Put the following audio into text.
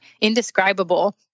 indescribable